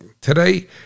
today